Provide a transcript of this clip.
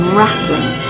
rattling